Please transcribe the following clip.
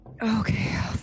Okay